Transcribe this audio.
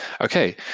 Okay